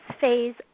phase